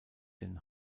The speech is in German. den